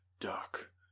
dark